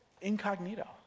incognito